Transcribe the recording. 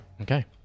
Okay